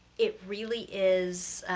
it really is